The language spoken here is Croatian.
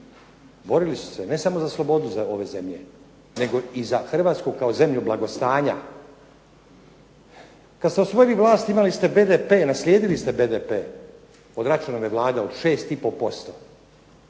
borili su se ne samo za slobodu ove zemlje, nego i za Hrvatsku kao zemlju blagostanja. Kad ste osvojili vlast imali ste BDP, naslijedili ste BDP od Račanove Vlade od 6